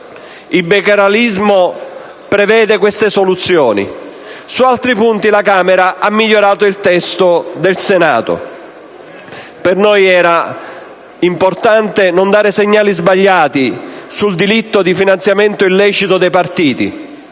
Il bicameralismo prevede queste soluzioni. Su altri punti, la Camera ha migliorato il testo del Senato. Per noi era importante non dare segnali sbagliati sul delitto di finanziamento illecito dei partiti: